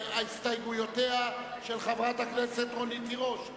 הסתייגויותיה של חברת הכנסת רונית תירוש,